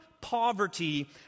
poverty